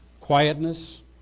quietness